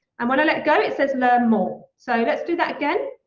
and when i let go it says learn more. so let's do that again.